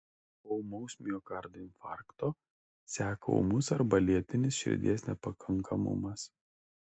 po ūmaus miokardo infarkto seka ūmus arba lėtinis širdies nepakankamumas